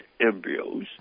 embryos